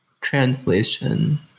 translation